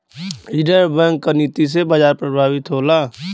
reserve Bank क नीति से बाजार प्रभावित होला